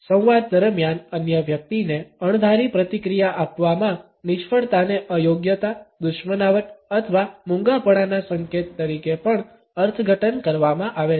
સંવાદ દરમિયાન અન્ય વ્યક્તિને અણધારી પ્રતિક્રિયા આપવામાં નિષ્ફળતાને અયોગ્યતા દુશ્મનાવટ અથવા મૂંગાપણાના સંકેત તરીકે પણ અર્થઘટન કરવામાં આવે છે